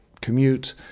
commute